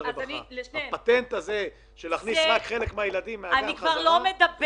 הפטנט הזה של להכניס רק חלק מהילדים - שערורייה.